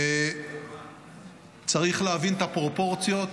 צריך להבין את הפרופורציות